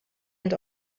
and